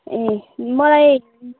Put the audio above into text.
ए मलाई